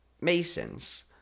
Masons